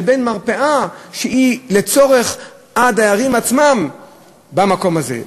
לבין מרפאה שהיא לצורך הדיירים עצמם במקום הזה.